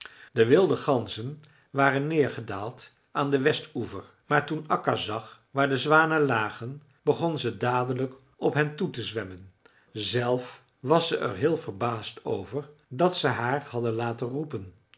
de wilde ganzen waren neergedaald aan den westeroever maar toen akka zag waar de zwanen lagen begon ze dadelijk op hen toe te zwemmen zelf was ze er heel verbaasd over dat ze haar hadden laten roepen